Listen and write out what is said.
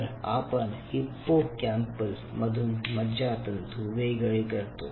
तर आपण हिप्पोकॅम्पल मधून मज्जातंतू वेगळे करतो